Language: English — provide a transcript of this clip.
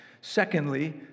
Secondly